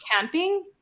camping